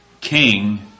king